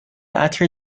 عطر